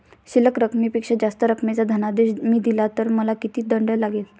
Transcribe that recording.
शिल्लक रकमेपेक्षा जास्त रकमेचा धनादेश मी दिला तर मला किती दंड लागेल?